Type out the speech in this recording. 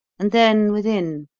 and then, within,